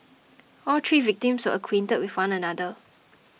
all three victims were acquainted with one another